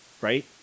right